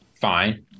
fine